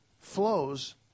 flows